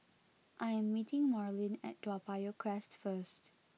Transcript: I am meeting Marlin at Toa Payoh Crest first